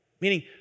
Meaning